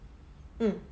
mm